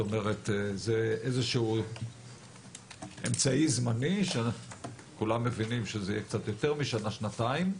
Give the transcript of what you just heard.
זה איזשהו אמצעי זמני שכולם מבינים שזה יהיה קצת יותר משנה-שנתיים,